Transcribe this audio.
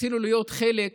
רצינו להיות חלק